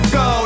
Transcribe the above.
go